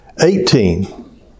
Eighteen